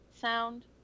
sound